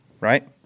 right